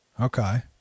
okay